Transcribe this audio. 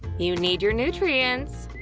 you need your nutrients!